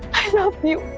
i love you.